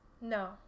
No